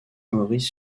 maurice